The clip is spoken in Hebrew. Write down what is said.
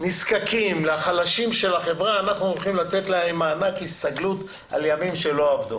לנזקקים ולחלשים שבחברה מענק הסתגלות על ימים שלא עבדו,